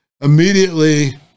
immediately